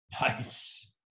Nice